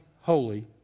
holy